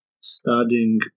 studying